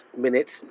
minutes